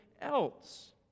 else